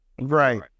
right